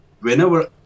whenever